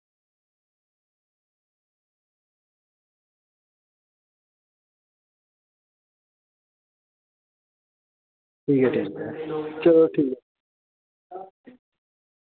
चलो ठीक ऐ